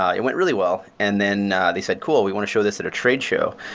ah it went really well. and then they said, cool. we want to show this at a tradeshow.